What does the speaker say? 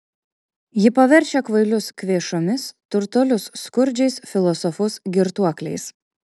ji paverčia kvailius kvėšomis turtuolius skurdžiais filosofus girtuokliais